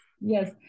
Yes